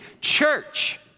church